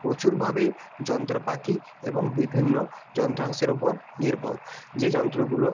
প্রচুরভাবে যন্ত্রপাতি এবং বিভিন্ন যন্ত্রাংশের উপর নির্ভর যে যন্ত্রগুলো